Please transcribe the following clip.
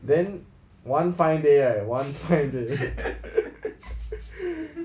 then one fine day right one fine day